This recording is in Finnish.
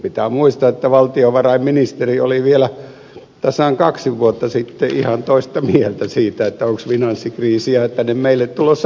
pitää muistaa että valtiovarainministeri oli vielä tasan kaksi vuotta sitten ihan toista mieltä siitä onko finanssikriisiä tänne meille tulossa ollenkaan